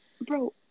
Bro